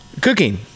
cooking